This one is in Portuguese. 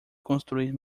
construir